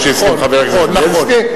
כמו שהסכים חבר הכנסת בילסקי.